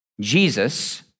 Jesus